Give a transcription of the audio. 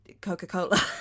coca-cola